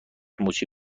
مچی